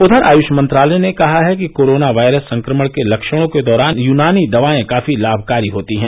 उधर आयुष मंत्रालय ने कहा है कि कोरोना वायरस संक्रमण के लक्षणों के दौरान यूनानी दवाएं काफी लाभकारी होती हैं